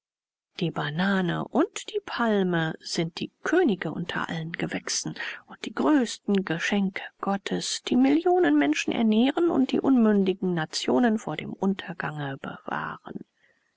die banane und die palme sind die könige unter allen gewächsen und die größten geschenke gottes die millionen menschen ernähren und die unmündigen nationen vor dem untergange bewahren